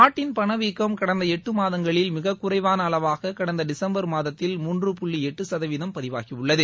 நாட்டின் பண வீக்கம் கடந்த எட்டு மாதங்களில் மிகக் குறைவான அளவாக கடந்த டிசம்பர் மாதத்தில் மூன்று புள்ளி எட்டு சதவீதம் பதிவாகியுள்ளது